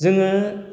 जोङो